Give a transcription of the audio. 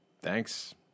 thanks